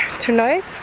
tonight